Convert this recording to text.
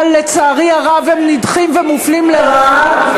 אבל לצערי הרב הם נדחים מופלים לרעה,